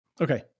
Okay